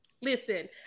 Listen